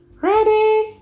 Ready